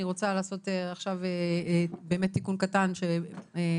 אני רוצה לעשות עכשיו תיקון קטן שהיה